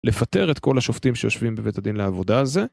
לפטר את כל השופטים שיושבים בבית הדין לעבודה הזה.